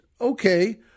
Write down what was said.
okay